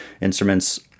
instruments